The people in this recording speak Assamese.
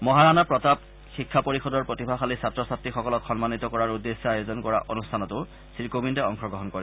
মহাৰাণা প্ৰতাপ শিক্ষা পৰিযদৰ প্ৰতিভাশালী ছাত্ৰ ছাত্ৰীসকলক সন্মানিত কৰাৰ উদ্দেশ্যেৰে আয়োজন কৰা অনুষ্ঠানতো শ্ৰীকোবিন্দে অংশগ্ৰহণ কৰে